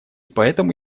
поэтому